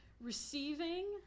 receiving